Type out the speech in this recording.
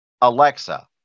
Alexa